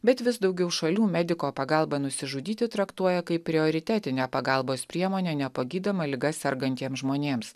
bet vis daugiau šalių mediko pagalbą nusižudyti traktuoja kaip prioritetinę pagalbos priemonę nepagydoma liga sergantiems žmonėms